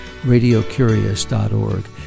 radiocurious.org